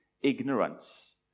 ignorance